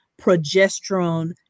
progesterone